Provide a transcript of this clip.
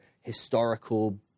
historical